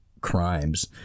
crimes